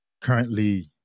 currently